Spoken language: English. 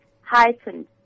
heightened